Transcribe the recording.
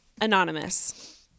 anonymous